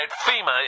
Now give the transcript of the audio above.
FEMA